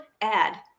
add